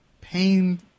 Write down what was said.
pain